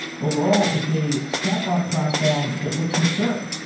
overall, it's a chatbot platform that looks mature.